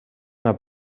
una